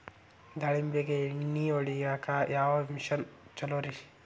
ದಾಳಿಂಬಿಗೆ ಎಣ್ಣಿ ಹೊಡಿಯಾಕ ಯಾವ ಮಿಷನ್ ಛಲೋರಿ?